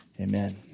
amen